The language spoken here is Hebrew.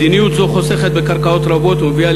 מדיניות זו חוסכת קרקעות רבות ומביאה